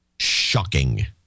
Shocking